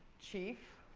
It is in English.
chief.